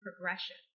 progression